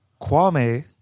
Kwame